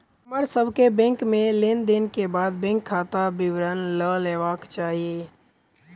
हमर सभ के बैंक में लेन देन के बाद बैंक खाता विवरण लय लेबाक चाही